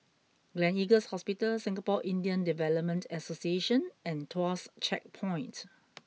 Gleneagles Hospital Singapore Indian Development Association and Tuas Checkpoint